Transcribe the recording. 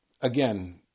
again